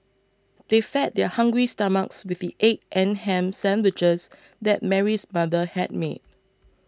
they fed their hungry stomachs with the egg and ham sandwiches that Mary's mother had made